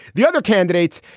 the other candidates,